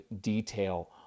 detail